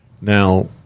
now